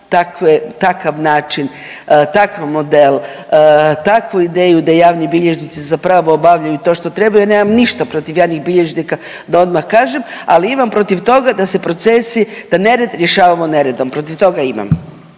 takav način, takav model, takvu ideju da javni bilježnici zapravo obavljaju to što trebaju? Ja nemam ništa protiv javnih bilježnika da odmah kažem, ali imam protiv toga da se procesi da nered rješavamo neredom, protiv toga imam.